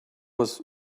was